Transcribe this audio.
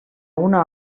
una